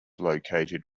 located